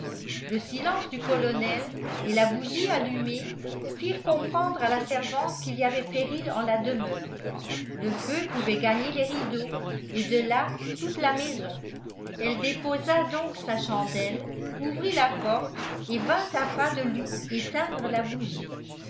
le silence du colonel et la bougie allumée firent comprendre à la servante qu'il y avait péril en la demeure le feu pouvait gagner les rideaux et de là toute la maison elle déposa donc sa chandelle ouvrit la porte et vint à pas de loup éteindre la bougie